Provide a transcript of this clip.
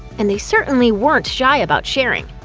and they certainly weren't shy about sharing.